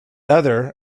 other